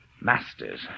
Masters